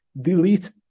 delete